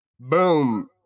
Boom